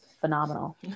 phenomenal